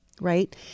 Right